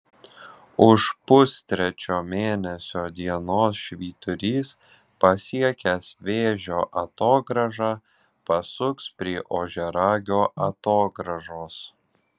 už pustrečio mėnesio dienos švyturys pasiekęs vėžio atogrąžą pasuks prie ožiaragio atogrąžos